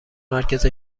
مرکز